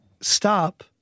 stop